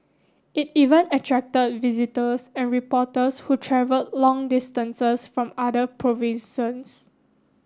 it even attracted visitors and reporters who travel long distances from other provinces